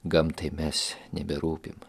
gamtai mes neberūpim